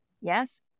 Yes